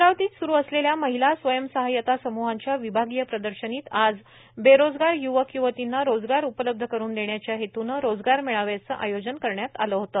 अमरावतीत स्रु असलेल्या महिला स्वयं सहायता समूहांच्या विभागीय प्रदर्शनीत आज बेरोजगार य्वक य्वतींना रोजगार उपलब्ध करून देण्याच्या हेतूने रोजगार मेळाव्याचे आयोजन करण्यात आले होते